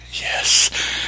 Yes